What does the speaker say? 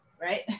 right